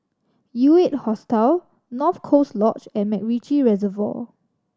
U Eight Hostel North Coast Lodge and MacRitchie Reservoir